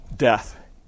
death